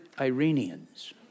Iranians